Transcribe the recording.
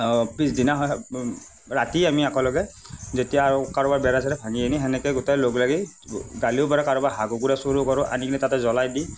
পিছদিনাখন ৰাতি আমি একেলগে যেতিয়া আৰু কাৰোবাৰ বেৰে চেৰে ভাঙি আনি সেনেকৈ গোটেই লগ লাগি গালিয়ো পাৰে কাৰোবাৰ হাঁহ কুকুৰা চুৰ কৰোঁ আনি কিনে তাতে জ্ৱলাই দি